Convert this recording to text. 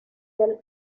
del